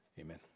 amen